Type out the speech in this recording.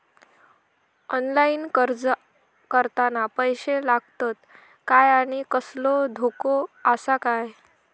Online अर्ज करताना पैशे लागतत काय आनी कसलो धोको आसा काय?